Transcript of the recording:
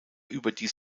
überdies